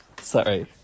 Sorry